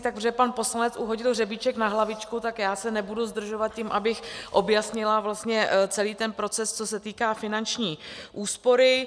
Takže pan poslanec uhodil hřebíček na hlavičku, tak já se nebudu zdržovat tím, abych objasnila vlastně celý ten proces, co se týká finanční úspory.